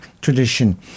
tradition